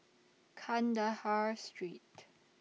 Kandahar Street